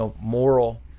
moral